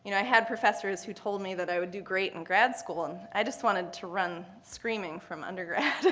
you know i had professors who told me that i would do great in grad school, and i just wanted to run screaming from undergrad,